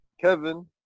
Kevin